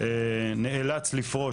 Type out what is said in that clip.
נאלץ לפרוש,